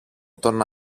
τον